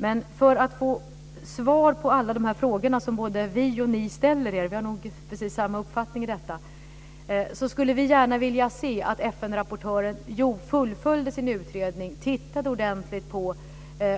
Men för att få svar på alla frågor som både ni och vi ställer - vi har nog precis samma uppfattning om detta - skulle vi gärna vilja att FN-rapportören fullföljde sin utredning och tittade ordentligt på